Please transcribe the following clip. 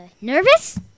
Nervous